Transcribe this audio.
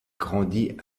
grandit